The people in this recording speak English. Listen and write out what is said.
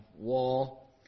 wall